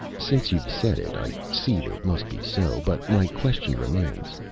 since you've said it, i see that it must be so. but my question remains.